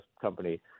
company